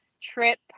trip